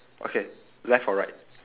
okay left or right